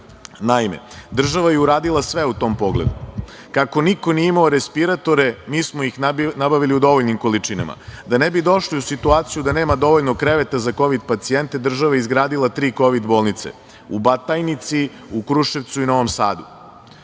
Naime, država je uradila sve u tom pogledu. Kako niko nije imao respiratore, mi smo ih nabavili u dovoljnim količinama. Da ne bi došli u situaciju da nema dovoljno kreveta za kovid pacijente, država je izgradila tri kovid bolnice u Batajnici, Kruševcu i Novom Sadu. Kada